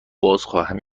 بازخواهم